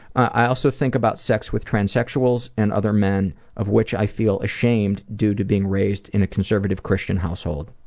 i also think about sex with transsexuals and other men, of which i feel ashamed, due to being raised in a conservative christian household.